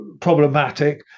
problematic